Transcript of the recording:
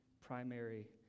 primary